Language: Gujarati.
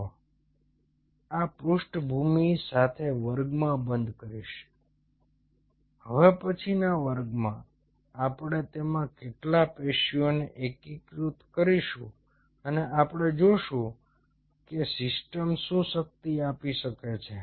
ઓ આ પૃષ્ઠભૂમિ સાથે વર્ગમાં બંધ કરીશ હવે પછી ના વર્ગમાં આપણે તેમાં કેટલાક પેશીઓને એકીકૃત કરીશું અને આપણે જોશું કે સિસ્ટમ શું શક્તિ આપી શકે છે